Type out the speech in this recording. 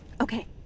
Okay